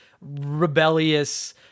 rebellious